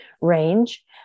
range